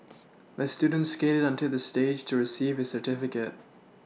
the student skated onto the stage to receive his certificate